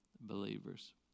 believers